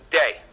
day